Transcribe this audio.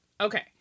okay